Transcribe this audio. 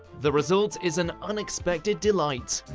the result is an unexpected delight.